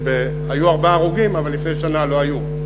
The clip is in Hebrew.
שהיו ארבעה הרוגים אבל לפני שנה לא היו.